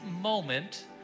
moment